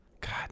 God